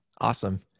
Awesome